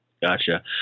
Gotcha